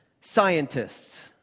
Scientists